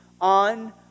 on